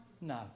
No